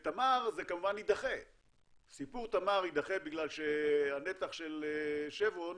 וסיפור תמר יידחה בגלל שהנתח של 'שברון',